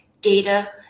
data